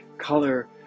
color